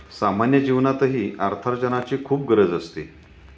सामान्य जीवनातही अर्थार्जनाची खूप गरज असते